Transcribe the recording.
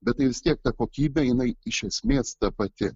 bet tai vis tiek ta kokybė jinai iš esmės ta pati